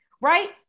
right